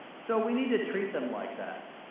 so we need to treat them like that.